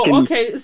okay